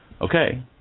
Okay